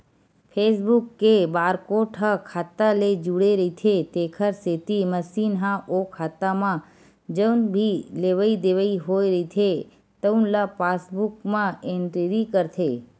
passbook के barcode ह खाता ले जुड़े रहिथे तेखर सेती मसीन ह ओ खाता म जउन भी लेवइ देवइ होए रहिथे तउन ल पासबूक म एंटरी करथे